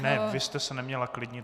Ne, vy jste se neměla klidnit.